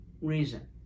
reason